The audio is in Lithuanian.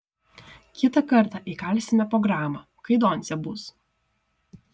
kitą kartą įkalsime po gramą kai doncė bus